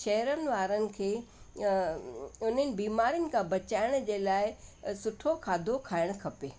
शहरनि वारनि खे उन्हनि बीमारियुन खां बचाइण जे लाइ सुठो खाधो खाइण खपे